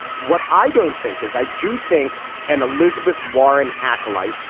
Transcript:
what i don't think is i do think an elizabeth warren acolyte,